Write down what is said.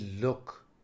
look